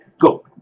Go